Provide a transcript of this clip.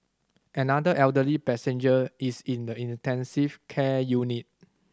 another elderly passenger is in the intensive care unit